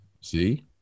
See